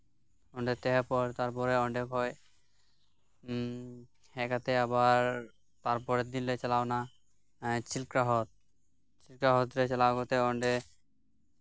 ᱚᱸᱰᱮ ᱛᱟᱦᱮᱸᱯᱚᱨ ᱛᱟᱨᱯᱚᱨᱮ ᱚᱸᱰᱮ ᱠᱷᱚᱱ ᱩᱸᱜ ᱦᱮᱡ ᱠᱟᱛᱮᱫ ᱟᱵᱟᱨ ᱛᱟᱨᱯᱚᱨᱮᱨ ᱫᱤᱱ ᱞᱮ ᱪᱟᱞᱟᱣ ᱮᱱᱟ ᱮᱸᱜ ᱪᱤᱞᱠᱟᱦᱨᱚᱫ ᱪᱤᱞᱠᱦᱨᱚᱫ ᱨᱮ ᱪᱟᱞᱟᱣ ᱠᱟᱛᱮᱫ ᱚᱸᱰᱮ